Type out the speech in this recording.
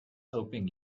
hoping